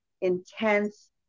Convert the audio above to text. intense